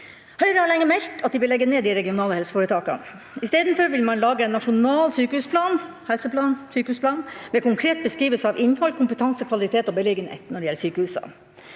Høyre har lenge meldt at de vil legge ned de regionale helseforetakene. Isteden vil man lage en nasjonal helse- og sykehusplan med konkret beskrivelse av innhold, kompetanse, kvalitet og beliggenhet når det gjelder sykehusene.